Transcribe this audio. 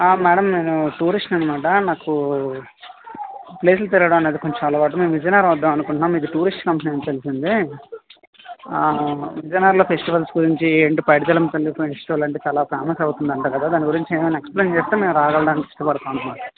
madam నేను టూరిస్ట్ని అనమాట నాకు ప్లేసు తిరగటం అనేది కొంచం అలవాటు మేము విజయనగర్ వద్దాం అనుకుంటున్నాను మీకు టూరిస్ట్ కంపెనీ అని తెలిసింది విజయనగర్లో ఫెస్టివల్స్ గురించి ఏంటి పైడితల్లి అమ్మ ఫెస్టివల్ అంటే చాల ఫేమస్ అవుతుంది అంట కదా దాని గురించి ఏమన్న ఎక్స్ప్లెయిన్ చేస్తే మేము రాగలగడానికి ఇష్టపడతాం అనమాట